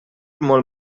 molt